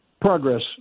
progress